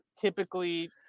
typically